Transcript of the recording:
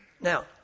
Now